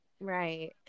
Right